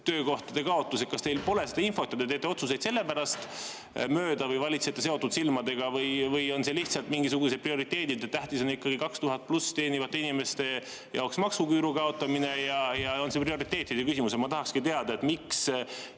töökohtade kaotus – kas teil pole seda infot ja te teete sellepärast otsuseid mööda või te valitsete seotud silmadega? Või on need lihtsalt mingisugused prioriteedid, et tähtis on ikkagi 2000 pluss [eurot] teenivate inimeste jaoks maksuküüru kaotamine? On see prioriteetide küsimus? Ma tahakski teada, miks